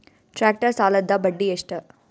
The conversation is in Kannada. ಟ್ಟ್ರ್ಯಾಕ್ಟರ್ ಸಾಲದ್ದ ಬಡ್ಡಿ ಎಷ್ಟ?